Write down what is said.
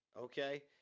okay